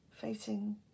facing